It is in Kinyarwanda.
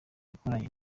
yakoranye